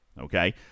okay